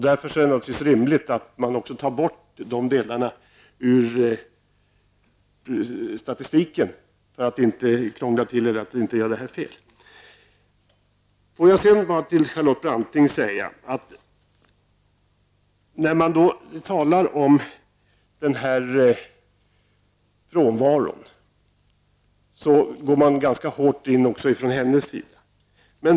Därför är det naturligtvis rimligt att man tar bort de delarna ur statistiken så att den inte blir fel. Till Charlotte Branting vill jag säga att när det gäller frånvaron går även hon ganska hårt fram.